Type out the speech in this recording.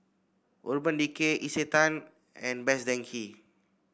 Urban Decay Isetan and Best Denki